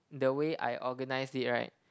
the way I organized it right